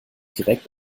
direkt